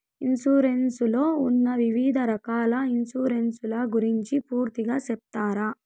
Insurance లో ఉన్న వివిధ రకాల ఇన్సూరెన్సు ల గురించి పూర్తిగా సెప్తారా?